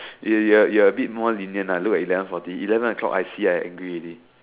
you you you're a bit more lenient ah look at eleven forty eleven o-clock I see I angry already